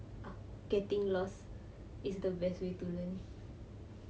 uh getting lost is the best way to learn